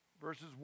verses